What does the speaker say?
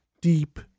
deep